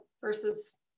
versus